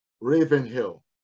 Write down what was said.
Ravenhill